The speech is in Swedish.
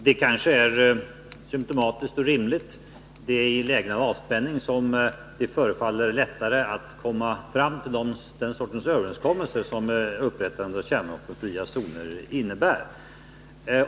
Det kanske är symtomatiskt och rimligt att det är i lägen av avspänning som det förefaller lättare att komma fram till den sortens överenskommelser som upprättandet av kärnvapenfria zoner innebär.